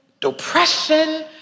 depression